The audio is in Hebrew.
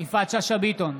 יפעת שאשא ביטון,